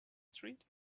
street